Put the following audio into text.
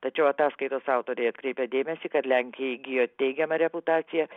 tačiau ataskaitos autoriai atkreipia dėmesį kad lenkija įgijo teigiamą reputaciją